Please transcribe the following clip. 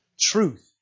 truth